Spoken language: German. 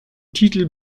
titel